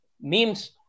memes